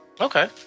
okay